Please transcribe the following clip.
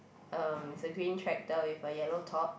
um it's a green tractor with a yellow top